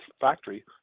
factory